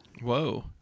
Whoa